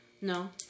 No